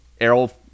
Errol